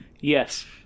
yes